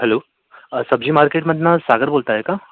hello सब्जी मार्केटमधून सागर बोलत आहे का